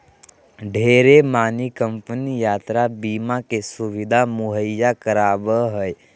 ढेरे मानी कम्पनी यात्रा बीमा के सुविधा मुहैया करावो हय